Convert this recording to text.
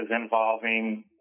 involving